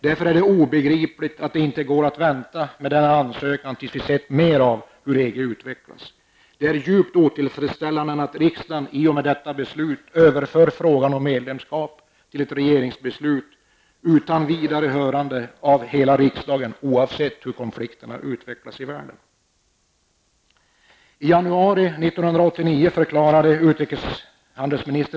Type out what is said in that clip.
Därför är det obegripligt att det inte går att vänta med denna ansökan tills vi har sett hur EG utvecklas. Det är också djupt otillfredsställande att riksdagen i och med detta beslut överför frågan om medlemskap till ett regeringsbeslut utan vidare hörande av hela riksdagen oavsett hur konflikterna i världen utvecklas.